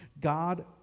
God